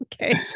Okay